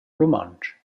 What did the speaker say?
rumantsch